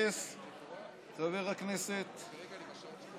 והתייחס חבר הכנסת